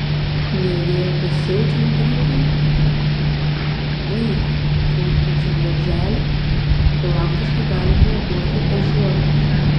girdėjau kad siaučiant gripui vaikui lankančiam darželį profilaktiškai galima duoti ežiuolės